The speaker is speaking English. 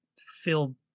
feel